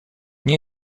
nie